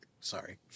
Sorry